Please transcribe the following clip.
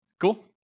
Cool